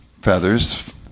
feathers